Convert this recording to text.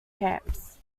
camps